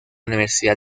universidad